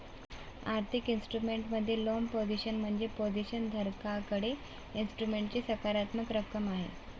आर्थिक इन्स्ट्रुमेंट मध्ये लांब पोझिशन म्हणजे पोझिशन धारकाकडे इन्स्ट्रुमेंटची सकारात्मक रक्कम आहे